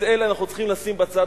את אלה אנחנו צריכים לשים בצד,